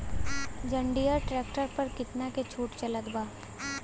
जंडियर tractor पर कितना के छूट चलत बा?